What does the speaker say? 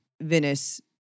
Venice